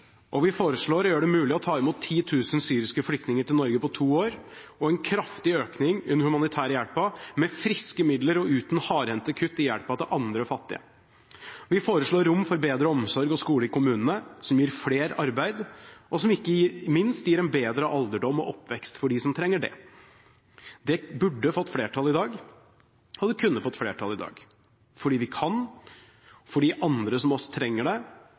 Vi foreslår å gjøre det mulig å ta imot 10 000 syriske flyktninger til Norge på to år og en kraftig økning i den humanitære hjelpen – med friske midler og uten hardhendte kutt i hjelpen til andre fattige. Vi foreslår rom for bedre omsorg og skole i kommunene, som gir flere arbeid, og som ikke minst gir en bedre alderdom og oppvekst for dem som trenger det. Det burde ha fått flertall i dag, og det kunne ha fått flertall i dag, fordi vi kan, og fordi andre som oss trenger det,